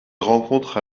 rencontre